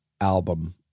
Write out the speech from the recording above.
Album